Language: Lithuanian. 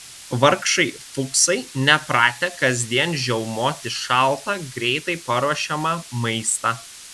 vargšai fuksai nepratę kasdien žiaumoti šaltą greitai paruošiamą maistą